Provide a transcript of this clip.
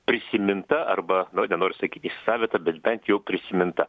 prisiminta arba nori nenori sakyti savita bet bent jau prisiminta